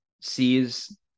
sees